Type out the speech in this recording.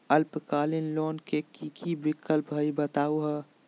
अल्पकालिक लोन के कि कि विक्लप हई बताहु हो?